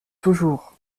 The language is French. toujours